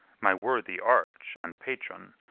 my worthy arch and patron,